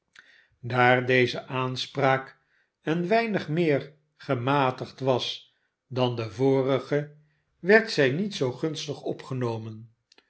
daar deze aanspraak een weinig meer gematigd was dan de vorige werd zij niet zoo gunstig opgenomen